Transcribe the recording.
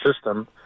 system